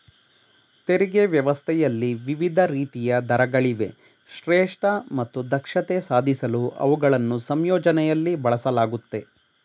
ತೆರಿಗೆ ವ್ಯವಸ್ಥೆಯಲ್ಲಿ ವಿವಿಧ ರೀತಿಯ ದರಗಳಿವೆ ಶ್ರೇಷ್ಠ ಮತ್ತು ದಕ್ಷತೆ ಸಾಧಿಸಲು ಅವುಗಳನ್ನ ಸಂಯೋಜನೆಯಲ್ಲಿ ಬಳಸಲಾಗುತ್ತೆ